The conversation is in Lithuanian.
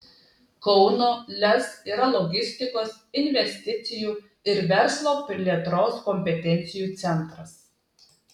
kauno lez yra logistikos investicijų ir verslo plėtros kompetencijų centras